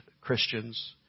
Christians